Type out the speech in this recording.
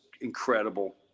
incredible